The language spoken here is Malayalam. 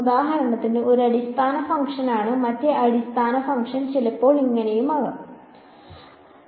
ഉദാഹരണത്തിന് ഇത് ഒരു അടിസ്ഥാന ഫംഗ്ഷനാണ് മറ്റേ അടിസ്ഥാന ഫംഗ്ഷൻ ചിലപ്പോൾ ഇങ്ങനെയും മറ്റും ആകാം